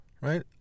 right